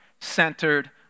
centered